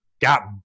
got